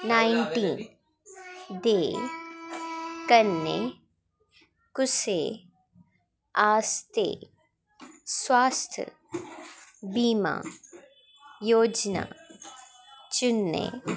nineteen दे कन्नै कुसै आस्तै स्वास्थ्य बीमा योजना चुनने